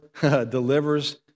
delivers